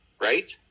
Right